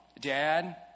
dad